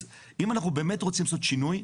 אז אם אנחנו באמת רוצים לעשות שינוי,